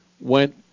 went